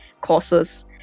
courses